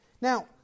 Now